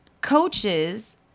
coaches